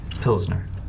pilsner